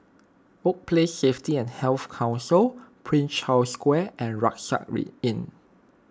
Workplace Safety and Health Council Prince Charles Square and Rucksack Inn